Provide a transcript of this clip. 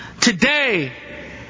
Today